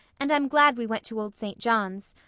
and i'm glad we went to old st. john's.